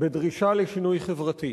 בדרישה לשינוי חברתי.